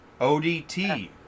ODT